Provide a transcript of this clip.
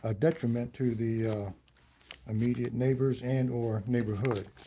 ah detriment to the immediate neighbors and or neighborhood.